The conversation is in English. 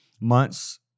months